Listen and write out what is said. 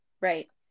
Right